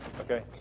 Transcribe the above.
Okay